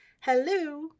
Hello